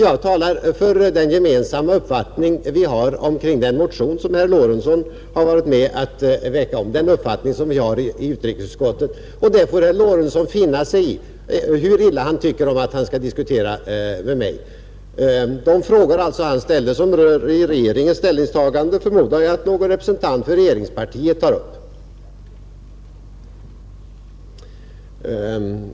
Jag talar för den gemensamma uppfattning som vi har i utrikesutskottet kring den motion som herr Lorentzon har varit med om att väcka, och därför får herr Lorentzon finna sig i — hur illa han än tycker om det — att diskutera med mig. De frågor han ställde som rör regeringens ställningstagande förmodar jag att någon representant för regeringspartiet tar upp.